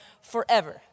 forever